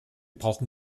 brauchen